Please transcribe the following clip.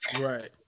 Right